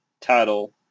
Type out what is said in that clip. title